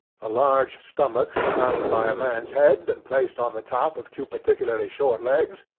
a large stomach surmounted by a man's head, and placed on the top of two particularly short legs,